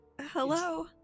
Hello